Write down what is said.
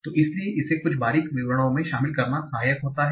तो इसीलिए इसे कुछ बारीक विवरणों में शामिल करना सहायक होता है